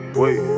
wait